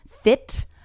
fit